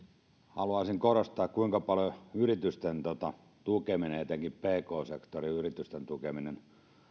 haluaisin korostaa kuinka tärkeää yritysten tukeminen etenkin pk sektorin yritysten tukeminen